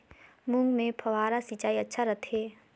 मूंग मे फव्वारा सिंचाई अच्छा रथे?